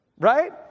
Right